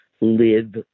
live